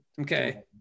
Okay